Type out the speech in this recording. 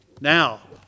Now